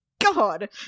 god